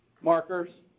markers